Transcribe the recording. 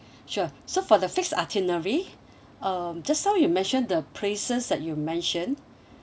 sure so for the fixed itinerary um just now you mentioned the places that you mention